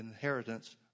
inheritance